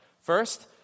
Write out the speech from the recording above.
First